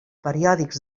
periòdics